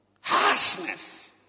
harshness